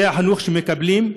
זה החינוך שמקבלים,